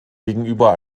gegenüber